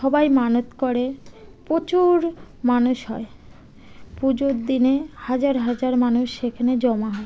সবাই মানত করে প্রচুর মানুষ হয় পুজোর দিনে হাজার হাজার মানুষ সেখানে জমা হয়